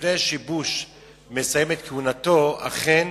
שלפני שבוש יסיים את כהונתו אכן